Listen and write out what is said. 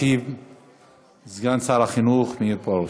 ישיב סגן שר החינוך מאיר פרוש.